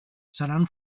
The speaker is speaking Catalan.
seran